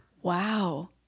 wow